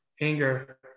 anger